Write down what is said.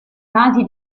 casi